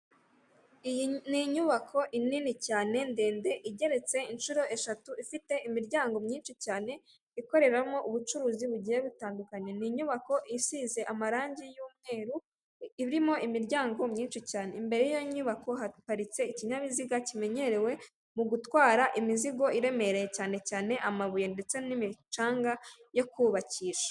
Iyi ni inyubako nini cyane ndende igeretse inshuro eshatu , ifite imiryango myinshi cyane ikoreramo ubucuruzi bugiye butandukanye . Ni inyubako isize amarangi y'umweru irimo imiryango myinshi cyane imbere yiyo nyubako haparitse ikinyabiziga kimenyerewe mugutwara imizigo iremereye cyane cyane amabuye ndetse n'imicanga yo kubakisha .